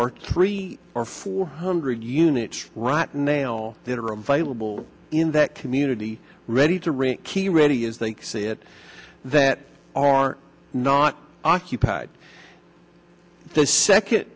are three or four hundred units rotton now that are available in that community ready to rent key ready as they see it that are not occupied the second